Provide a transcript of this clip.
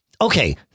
Okay